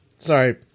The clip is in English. Sorry